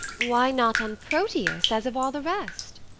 why not on proteus, as of all the rest?